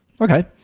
Okay